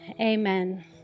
amen